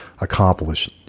accomplish